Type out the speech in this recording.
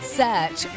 search